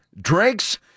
drinks